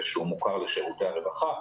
שהוא מוכר לשירותי הרווחה,